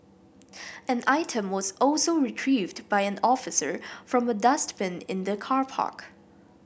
an item was also retrieved by an officer from a dustbin in the car park